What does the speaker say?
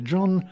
John